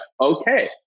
Okay